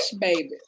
baby